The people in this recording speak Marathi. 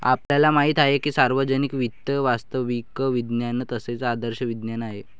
आपल्याला माहित आहे की सार्वजनिक वित्त वास्तविक विज्ञान तसेच आदर्श विज्ञान आहे